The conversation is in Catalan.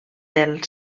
del